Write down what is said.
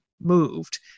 moved